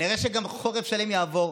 כנראה שגם חורף שלם יעבור.